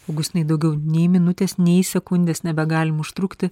augustinai daugiau nei minutės nei sekundės nebegalim užtrukti